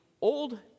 Old